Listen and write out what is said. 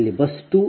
14 ಸೇರಿಸಲಾಗುತ್ತದೆ